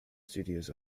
studios